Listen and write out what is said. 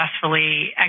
successfully